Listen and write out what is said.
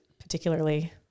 particularly